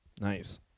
Nice